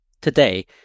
today